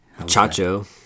Chacho